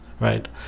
right